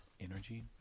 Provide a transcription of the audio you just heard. energy